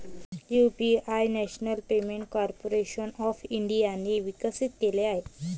UPI national payment corporation of इंडियाने विकसित केले आहे